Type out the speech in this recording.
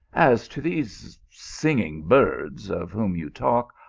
as to these singing birds of whom you talk,